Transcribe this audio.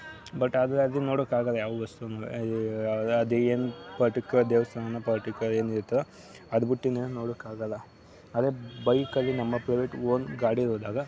but ಆದರೆ ಅದನ್ನ ನೋಡೋಕ್ಕಾಗಲ್ಲ ಯಾವ ವಸ್ತುನೂ ಅದಾದ ಎನ್ ಪರ್ಟಿಕ್ಯುಲರ್ ದೇವಸ್ಥಾನನ ಪರ್ಟಿಕ್ಯುಲರ್ ಏನಿರುತ್ತೋ ಅದು ಬಿಟ್ಟು ಇನ್ನೇನು ನೋಡೋಕ್ಕಾಗಲ್ಲ ಅದೇ ಬೈಕಲ್ಲಿ ನಮ್ಮ ಫೇವ್ರೇಟ್ ಒಂದು ಗಾಡಿ ಹೋದಾಗ